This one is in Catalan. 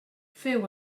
féu